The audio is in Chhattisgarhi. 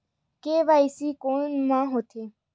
के.वाई.सी कोन में होथे?